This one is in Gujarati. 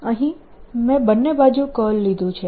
અહીં મેં બંને બાજુ કર્લ લીધું છે